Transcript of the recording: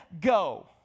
go